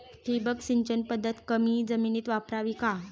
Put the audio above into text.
ठिबक सिंचन पद्धत कमी जमिनीत वापरावी का?